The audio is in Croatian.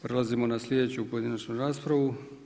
Prelazimo na sljedeću pojedinačnu raspravu.